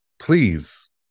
please